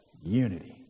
Unity